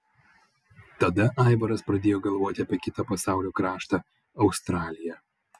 tada aivaras pradėjo galvoti apie kitą pasaulio kraštą australiją